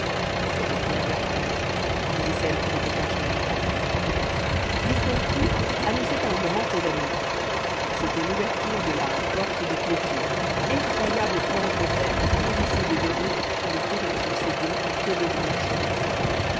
c'est le diable à quatre disaient celles qui n'étaient point charitables dix-neuf coups annonçaient un grand événement c'était l'ouverture de la porte de clôture effroyable planche de fer hérissée de verrous qui ne tournait sur ses gonds que devant l'archevêque